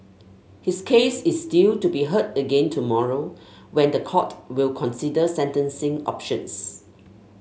his case is due to be heard again tomorrow when the court will consider sentencing options